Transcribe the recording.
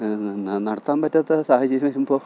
നടത്താന് പറ്റാത്ത സാഹചര്യം വരുമ്പോൾ